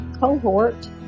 cohort